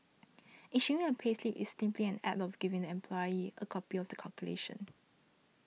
issuing a payslip is simply an act of giving the employee a copy of the calculation